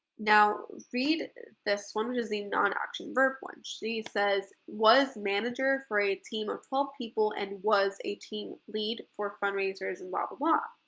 now read this one which is the non-action verb one. she says was manager for a team of twelve people and was a team lead for fundraisers and blah blah.